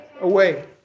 away